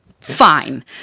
Fine